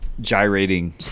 gyrating